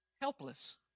Helpless